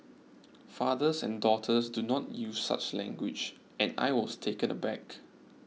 fathers and daughters do not use such language and I was taken aback